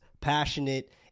passionate